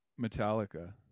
Metallica